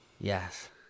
Yes